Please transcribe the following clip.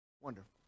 Wonderful